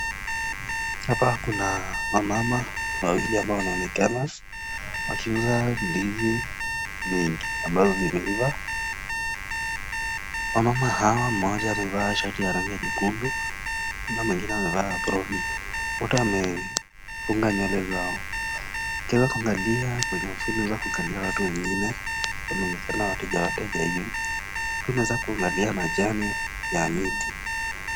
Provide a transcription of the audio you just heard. Hapa kuna wamama wawili ambao wanaonekana wakiuza ndizi nyingi ambazo zimeiva. Wamama hawa mmoja amevaa shati ya rangi nyekundu na mwingine amevaa aproni, wote wamefunga nywele zao. Kisha ukiangalia unaweza kuona watu wengine wanaonekana wateja wateja hivi pia unaweza kuangalia majani ya miti.